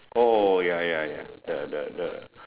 oh ya ya ya the the the